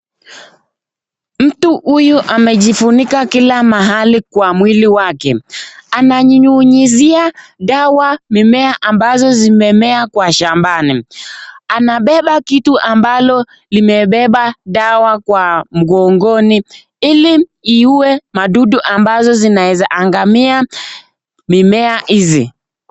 Mtu huyu amejifunika kila mahali kwa mwili wake. Ananyunyizia dawa ambazo zimemea kwa shambani. Anabeba kitu ambalo limebeba dawa kwa mgongoni ili iue madudu ambazo zinaweza angamiza mimea hizi.